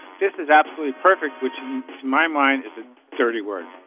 this is absolutely perfect. which to my mind is a dirty word